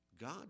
God